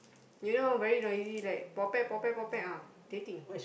you know very noisy like potpet potpet potpet ah irritating